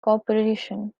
corporation